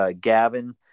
Gavin